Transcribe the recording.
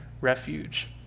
refuge